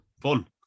Fun